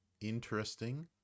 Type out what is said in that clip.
interesting